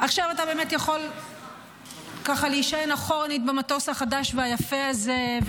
אתה באמת יכול ככה להישען אחורנית במטוס החדש והיפה הזה,